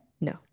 No